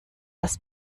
das